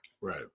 Right